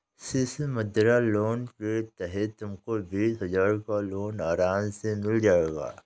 शिशु मुद्रा लोन के तहत तुमको बीस हजार का लोन आराम से मिल जाएगा